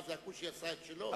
מה זה, הכושי עשה את שלו?